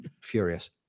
furious